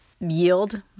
yield